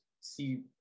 see